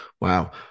wow